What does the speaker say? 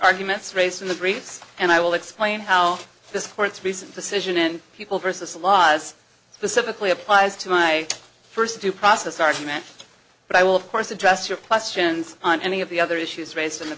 arguments raised in the briefs and i will explain how this court's recent decision in people versus the laws specifically applies to my first due process argument but i will of course address your questions on any of the other issues raised in the